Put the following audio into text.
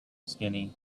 skinny